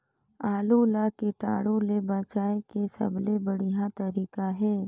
आलू ला कीटाणु ले बचाय के सबले बढ़िया तारीक हे?